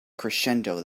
crescendo